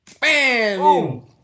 Bam